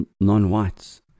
non-whites